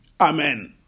Amen